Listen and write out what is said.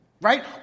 Right